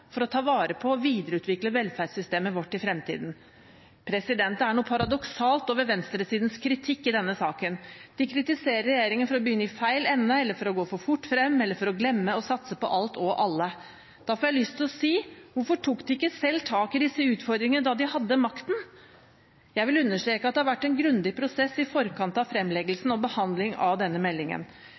for å ta vare på og videreutvikle velferdssystemet vårt i fremtiden. Det er noe paradoksalt over venstresidens kritikk i denne saken. De kritiserer regjeringen for å begynne i feil ende, eller for å gå for fort frem, eller for å glemme, og å satse på alt og alle. Da får jeg lyst til å si: Hvorfor tok de ikke selv tak i disse utfordringene da de hadde makten? Jeg vil understreke at det har vært en grundig prosess i forkant av fremleggelsen og behandlingen av denne meldingen.